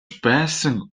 байсан